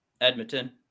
Edmonton